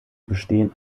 bestehen